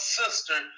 sister